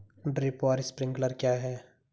Drip और sprinkler क्या हैं?